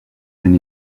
and